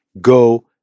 go